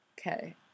Okay